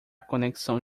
conexão